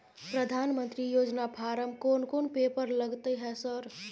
प्रधानमंत्री योजना फारम कोन कोन पेपर लगतै है सर?